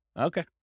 Okay